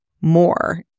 more